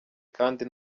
kandi